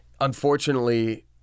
unfortunately